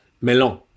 Melon